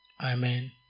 Amen